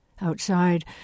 Outside